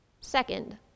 Second